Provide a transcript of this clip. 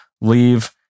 leave